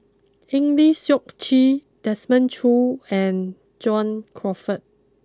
Eng Lee Seok Chee Desmond Choo and John Crawfurd